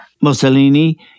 Mussolini